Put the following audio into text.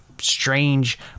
strange